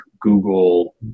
Google